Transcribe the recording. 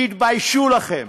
תתביישו לכם.